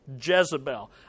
Jezebel